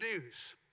news